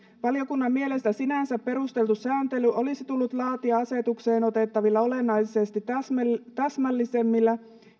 valiokunnan mielestä sinänsä perusteltu sääntely olisi tullut laatia asetukseen otettavilla olennaisesti täsmällisemmillä täsmällisemmillä